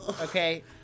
okay